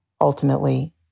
ultimately